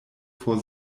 vor